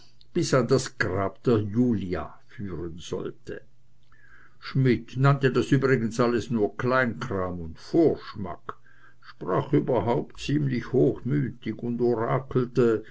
bis an das grab der julia führen sollte schmidt nannte das übrigens alles nur kleinkram und vorschmack sprach überhaupt ziemlich hochmütig und orakelte